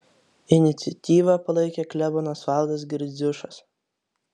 iniciatyvą palaikė klebonas valdas girdziušas